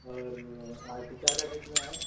और आर्टिका का कितना है